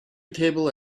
table